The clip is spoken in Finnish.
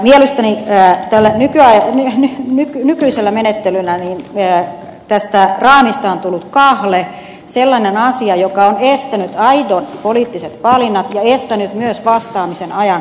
mielestäni tällä nykyisellä menettelyllä tästä raamista on tullut kahle sellainen asia joka on estänyt aidot poliittiset valinnat ja estänyt myös vastaamisen ajan haasteisiin